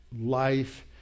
life